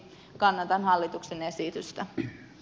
kannatan hallituksen esitystä